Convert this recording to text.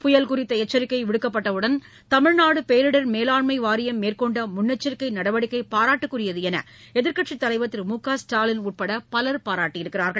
புயல் குறித்த எச்சரிக்கை விடுக்கப்பட்டவுடன் தமிழ்நாடு பேரிடர் மேலாண்மை வாரியம் மேற்கொண்ட முன்னெச்சரிக்கை நடவடிக்கை பாராட்டுக்குரியது என்று எதிர்க்கட்சித் தலைவர் திரு மு க ஸ்டாலின் உட்பட பலர் பாராட்டியுள்ளனர்